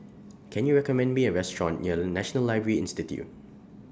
Can YOU recommend Me A Restaurant near National Library Institute